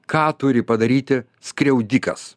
ką turi padaryti skriaudikas